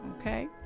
okay